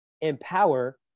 empower